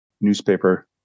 newspaper